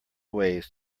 ways